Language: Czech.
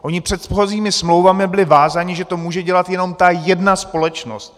Oni předchozími smlouvami byli vázáni, že to může dělat jenom ta jedna společnost.